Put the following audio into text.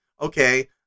okay